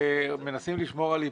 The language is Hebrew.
מנסים לשמור על איפוק,